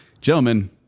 Gentlemen